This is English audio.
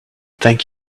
thank